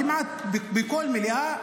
כמעט בכל מליאה,